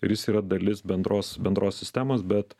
ir jis yra dalis bendros bendros sistemos bet